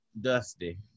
Dusty